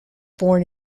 born